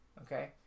Okay